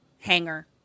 Hanger